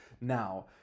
now